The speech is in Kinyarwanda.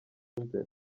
iteka